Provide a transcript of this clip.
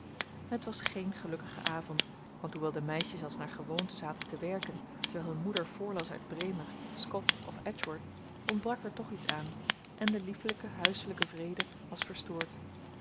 het was geen gelukkige avond want hoewel de meisjes als naar gewoonte zaten te werken terwijl hun moeder voorlas uit bremer scott of edgeworth ontbrak er toch iets aan en de liefelijke huiselijke vrede was verstoord